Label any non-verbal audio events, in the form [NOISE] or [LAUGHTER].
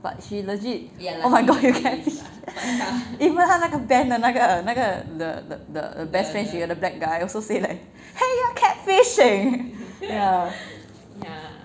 but she legit oh my god you catfish [LAUGHS] even 她那个 band 的那个那个 the the best friend she got the black guy also say like !hey! you're catfishing ya